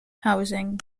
housing